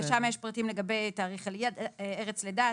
ושם יש פרטים לגבי ארץ לידה,